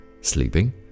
sleeping